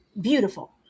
beautiful